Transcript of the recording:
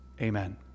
Amen